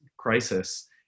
crisis